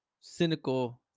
cynical